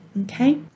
okay